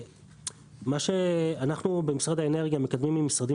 מה שאנחנו במשרד האנרגיה מקדמים עם משרדים